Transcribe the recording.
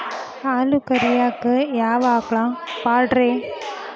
ಹಾಲು ಕರಿಯಾಕ ಯಾವ ಆಕಳ ಪಾಡ್ರೇ?